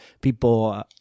People